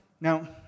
Now